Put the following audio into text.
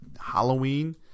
Halloween